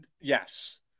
yes